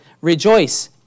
rejoice